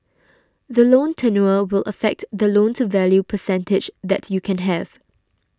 the loan tenure will affect the loan to value percentage that you can have